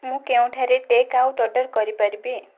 ମୁଁ କେଉଁଠାରେ take out order କରିପାରିବି